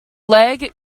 lag